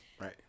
right